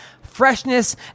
freshness